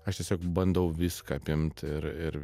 aš tiesiog bandau viską apimt ir ir